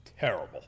terrible